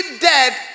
dead